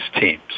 teams